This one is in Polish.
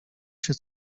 się